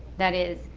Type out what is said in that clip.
that is,